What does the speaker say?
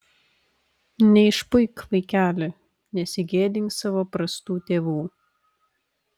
neišpuik vaikeli nesigėdink savo prastų tėvų